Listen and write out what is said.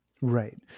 Right